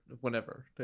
whenever